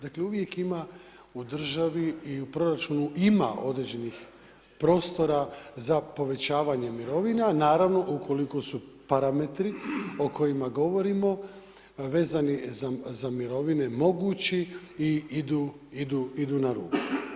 Dakle uvijek ima u državi i u proračunu ima određenih prostora za povećavanje mirovina, naravno ukoliko su parametri o kojima govorimo vezani za mirovine mogući i idu na ruku.